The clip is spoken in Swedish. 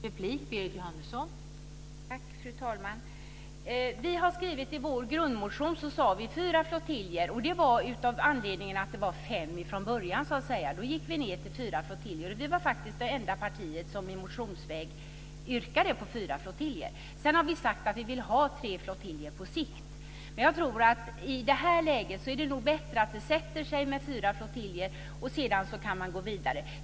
Fru talman! I vår grundmotion föreslog vi fyra flottiljer. Det var av anledningen att det var fem från början. Då gick vi ned till fyra flottiljer. Vänsterpartiet var det enda parti som motionsvägen yrkade på fyra flottiljer. Vi har sagt att vi vill ha tre flottiljer på sikt. Men i det här läget är det nog bättre att det sätter sig med fyra flottiljer, och sedan kan man gå vidare.